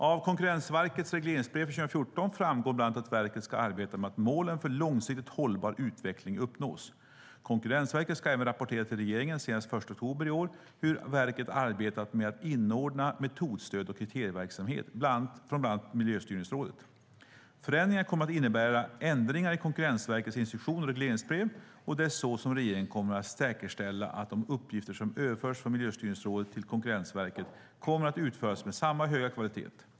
Av Konkurrensverkets regleringsbrev för 2014 framgår bland annat att verket ska arbeta med att målen för långsiktigt hållbar utveckling uppnås. Konkurrensverket ska även rapportera till regeringen senast den 1 oktober i år hur verket arbetat med att inordna metodstöd och kriterieverksamhet från bland annat Miljöstyrningsrådet. Förändringarna kommer att innebära ändringar i Konkurrensverkets instruktion och regleringsbrev, och det är så som regeringen kommer att säkerställa att de uppgifter som överförs från Miljöstyrningsrådet till Konkurrensverket kommer att utföras med samma höga kvalitet.